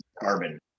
carbon